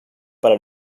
para